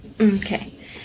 Okay